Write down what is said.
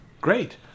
great